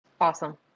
Awesome